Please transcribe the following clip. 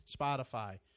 Spotify